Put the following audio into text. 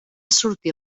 sortir